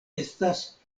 estas